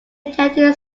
attended